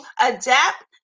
adapt